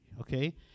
okay